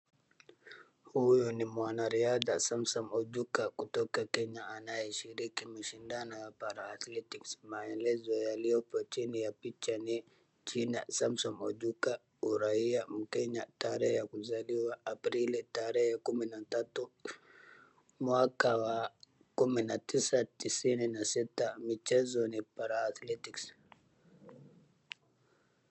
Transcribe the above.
Huyu ni mwanariadha Samson Ojuka kutoka Kenya anayeshiriki mashindano ya para athletics maelezo ya hapo chini ya picha ni jina Samson Ojuka, uraiya mkenya, tarehe ya kuzaliwa Aprili tarehe kumi na tatu mwaka wa kumi na tisa tisini na sita, michezo ni para-athletics .